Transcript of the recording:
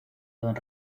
don